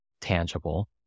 tangible